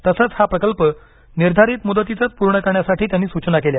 तसंच हा प्रकल्प निर्धारित मुदतीतच पूर्ण करण्यासाठी त्यांनी सूचना केल्या